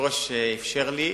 היושב-ראש אפשר לי,